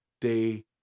day